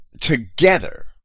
together